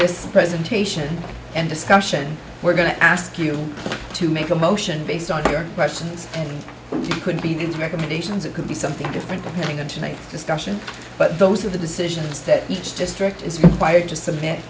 this presentation and discussion we're going to ask you to make a motion based on your questions and you could be these recommendations it could be something different depending on tonight's discussion but those are the decisions that each just director is required to submit